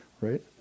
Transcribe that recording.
right